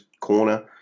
corner